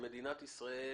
שמדינת ישראל